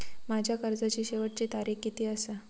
माझ्या कर्जाची शेवटची तारीख किती आसा?